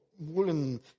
Woolen